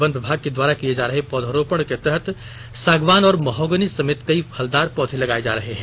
one विभाग के द्वारा किए जा रहे पौधरोपण के तहत सागवान और महोगनी समेत कई फलदार पौधे लगाए जा रहे हैं